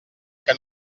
que